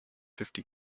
fifty